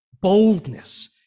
boldness